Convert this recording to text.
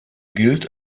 gilt